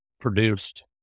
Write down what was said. produced